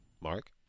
Mark